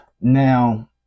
Now